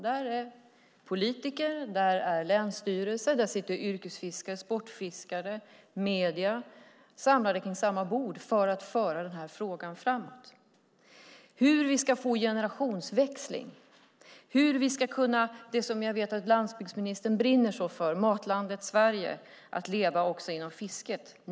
Där finns politiker, länsstyrelse, yrkesfiskare, sportfiskare och medier samlade kring samma bord för att föra denna fråga framåt. Hur ska vi få generationsväxling? Hur ska vi kunna få det jag vet att landsbygdsministern brinner så för, Matlandet Sverige, att leva också inom fisket?